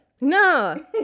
no